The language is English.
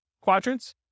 quadrants